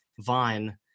Vine